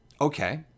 Okay